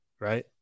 Right